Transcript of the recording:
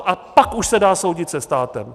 A pak už se dá soudit se státem.